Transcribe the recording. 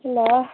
hello